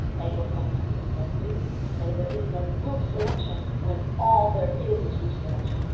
anglophone countries mostly. say there is no group selection, when all there is, is group selection.